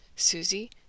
Susie